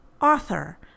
author